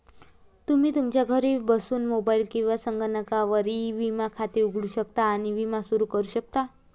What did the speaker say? तुम्ही तुमच्या घरी बसून मोबाईल किंवा संगणकावर ई विमा खाते उघडू शकता आणि विमा सुरू करू शकता